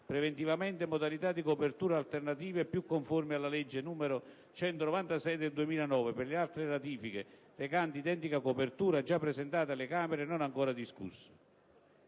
preventivamente modalità di copertura alternative più conformi alla legge n. 196 del 2009 per le altre ratifiche, recanti identica copertura, già presentate alle Camere e non ancora discusse.».